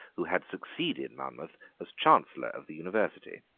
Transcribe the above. who had succeeded monmouth as chancellor of the university.